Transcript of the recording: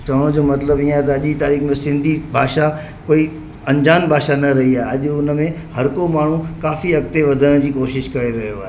चवण जो मतिलबु ईअं आहे त अॼु जी तारीख़ में सिंधी भाषा कोई अंजान भाषा न रही आहे अॼु उन में हर को माण्हू काफ़ी अॻिते वधण जी कोशिशि करे रहियो आहे